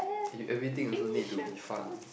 you everything also need to be fun